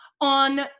on